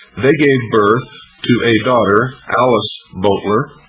they gave birth to a daughter, alice boteler,